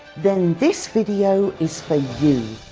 then this video is for you.